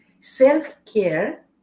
Self-care